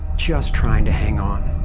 just trying to hang on.